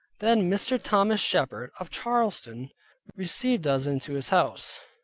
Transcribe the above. then mr. thomas shepard of charlestown received us into his house,